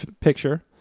Picture –